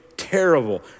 terrible